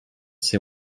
c’est